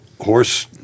horse –